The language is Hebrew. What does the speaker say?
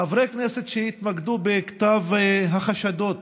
חברי כנסת שהתמקדו בכתב החשדות